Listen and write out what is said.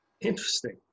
Interesting